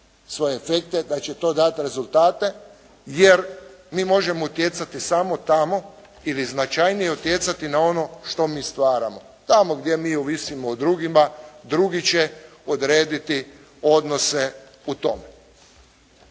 svoje efekte, da će to dati rezultate jer mi možemo utjecati samo tamo, ili značajnije utjecati na ono što mi stvaramo. Tamo gdje mi ovisimo o drugima, drugo će odrediti odnose u tome.